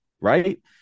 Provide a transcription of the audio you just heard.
Right